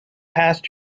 past